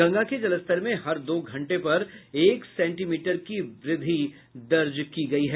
गंगा के जलस्तर में हर दो घंटे पर एक सेंटीमीटर की व्रद्धि दर्ज की गयी है